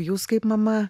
jūs kaip mama